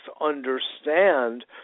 understand